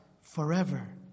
forever